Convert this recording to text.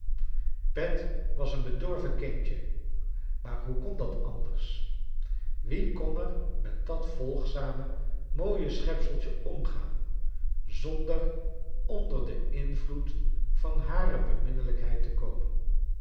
pet was een bedorven kindje maar hoe kon dat anders wie kon er met dat volgzame mooie schepseltje omgaan zonder onde den invloed van hare beminnelijkheid te komen